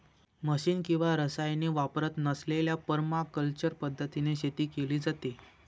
machine किंवा रसायने वापरत नसलेल्या परमाकल्चर पद्धतीने शेती केली जाते